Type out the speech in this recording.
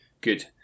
Good